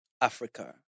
Africa